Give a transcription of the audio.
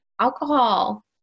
alcohol